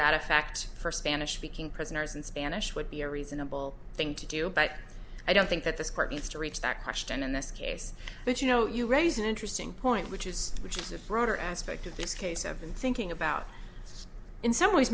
that effect for spanish speaking prisoners in spanish would be a reasonable thing to do but i don't think that this court needs to reach that question in this case but you know you raise an interesting point which is which is a broader aspect of this case i've been thinking about in some ways